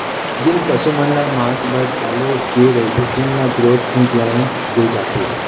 जेन पशु मन ल मांस बर पाले गे रहिथे तेन ल ग्रोथ इंप्लांट दे जाथे